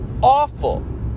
awful